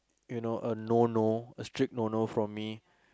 you know a no no a strict no no from me